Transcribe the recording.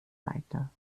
weiter